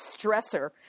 stressor